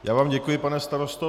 Já vám děkuji, pane starosto.